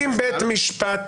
בית משפט